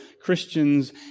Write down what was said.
Christians